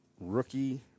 rookie